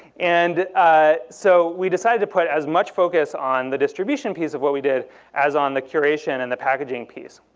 and ah so, we decided to put as much focus on the distribution piece of what we did as on the curation and the packaging piece.